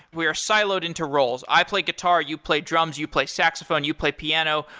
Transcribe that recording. we are siloed into roles. i play guitar, you play drums, you play saxophone, you play piano.